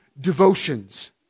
devotions